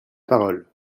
parole